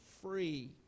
free